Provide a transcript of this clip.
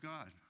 God